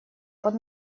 под